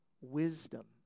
wisdom